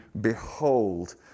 behold